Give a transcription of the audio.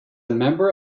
member